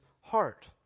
heart